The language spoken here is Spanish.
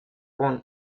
con